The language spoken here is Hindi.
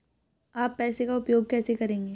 आप पैसे का उपयोग कैसे करेंगे?